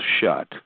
shut